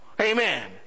Amen